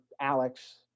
Alex